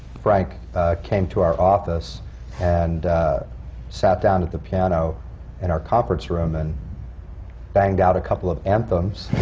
frank came to our office and sat down at the piano in our conference room and banged out a couple of anthems